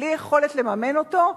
בלי יכולת לממן אותו.